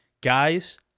guys